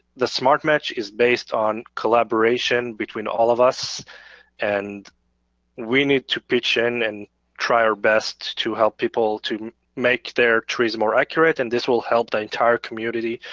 the smart match is based on collaboration between all of us and we need to pitch in and try our best to help people to make their trees more accurate. and this will help the entire community.